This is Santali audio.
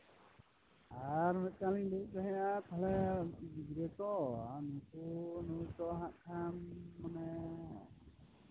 ᱟᱨ ᱢᱤᱫᱴᱟᱱ ᱞᱤᱧ ᱞᱟᱹᱭᱮᱫ ᱛᱟᱦᱮᱱᱟ ᱛᱟᱦᱞᱮ ᱠᱟᱹᱴᱤᱡ ᱜᱤᱫᱽᱨᱟᱹ ᱛᱚ ᱱᱩᱭ ᱛᱚ ᱦᱟᱜ ᱠᱷᱟᱱ ᱢᱟᱱᱮ